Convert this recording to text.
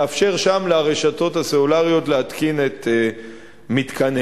לאפשר שם לרשתות הסלולריות להתקין את מתקניהן.